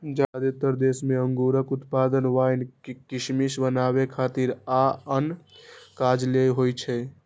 जादेतर देश मे अंगूरक उत्पादन वाइन, किशमिश बनबै खातिर आ आन काज लेल होइ छै